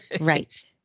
right